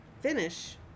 finish